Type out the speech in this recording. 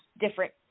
different